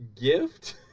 gift